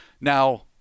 Now